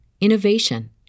innovation